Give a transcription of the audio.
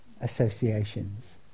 associations